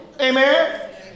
Amen